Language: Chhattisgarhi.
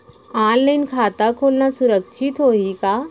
ऑनलाइन खाता खोलना सुरक्षित होही का?